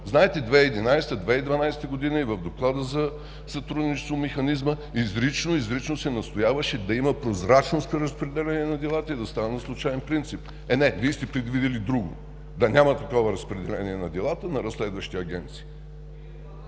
за сътрудничеството – за механизма, изрично се настояваше да има прозрачност при разпределение на делата и да стават на случаен принцип. Е не, Вие сте предвидили друго – да няма такова разпределение на делата на разследващи агенции.